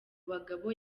bagabo